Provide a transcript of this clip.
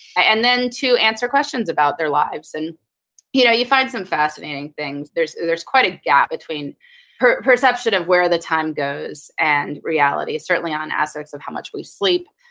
and then to answer questions about their lives. and you know you find some fascinating things. there's there's quite a gap between perception of where the time goes and reality. certainly on aspects of how much we sleep,